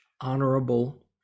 honorable